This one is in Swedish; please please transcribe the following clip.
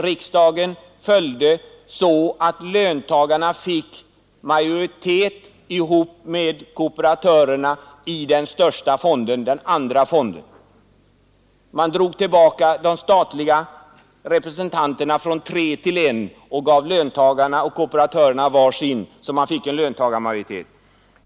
Riksdagen följde mitt förslag, så att löntagarna fick majoritet tillsammans med kooperatörerna i den största fonden, den andra. Man minskade antalet statliga representanter från tre till en och gav löntagarna och kooperatörerna var sin, så att det blev löntagarmajoritet.